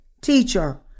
teacher